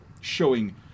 showing